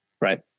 right